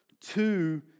two